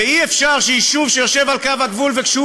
ואי-אפשר שיישוב שיושב על קו הגבול וכשהוא